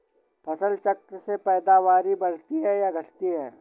फसल चक्र से पैदावारी बढ़ती है या घटती है?